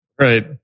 Right